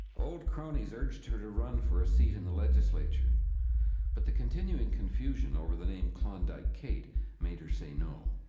old cronies urged her to run for a seat in the legislature but the continuing confusion over the name klondike kate made her say no.